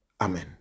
amen